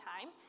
time